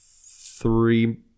three